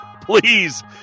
please